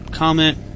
comment